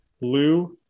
Lou